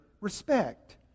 respect